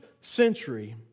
century